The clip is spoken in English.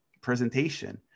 presentation